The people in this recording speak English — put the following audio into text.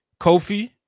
Kofi